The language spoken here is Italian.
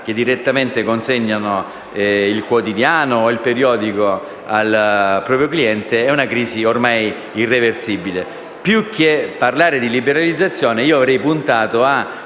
che direttamente consegnano il quotidiano o il periodico al proprio cliente è ormai irreversibile. Più che parlare di liberalizzazione, avrei puntato a